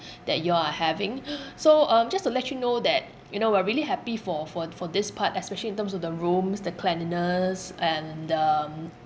that you all are having so um just to let you know that you know we're really happy for for for this part especially in terms of the rooms the cleanliness and um